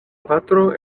patro